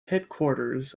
headquarters